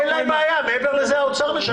אין להם בעיה, מעבר לזה, האוצר משלם.